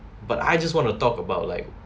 but I just want to talk about like